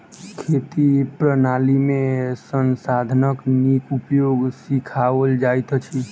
खेती प्रणाली में संसाधनक नीक उपयोग सिखाओल जाइत अछि